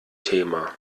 thema